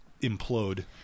implode